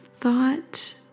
thought